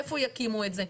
איפה יקימו את זה.